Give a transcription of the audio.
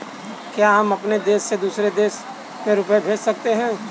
क्या हम अपने देश से दूसरे देश में रुपये भेज सकते हैं?